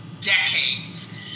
decades